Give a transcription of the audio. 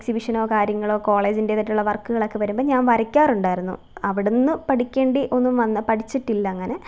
ഏക്സിബിഷനോ കാര്യങ്ങളോ കോളേജിന്റേതായിട്ടുള്ള വര്ക്കുകളൊക്കെ വരുമ്പോള് ഞാന് വരയ്ക്കാറുണ്ടായിരുന്നു അവിടുന്ന് പഠിക്കേണ്ടി ഒന്നും പഠിച്ചിട്ടില്ലങ്ങനെ